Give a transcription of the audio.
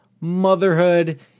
motherhood